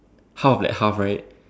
half of that half right